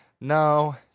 No